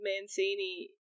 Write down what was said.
Mancini